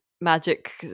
magic